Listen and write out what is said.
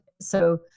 So-